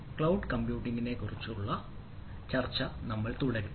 cloud കമ്പ്യൂട്ടിംഗിനെക്കുറിച്ചുള്ള ചർച്ച നമ്മൾ തുടരും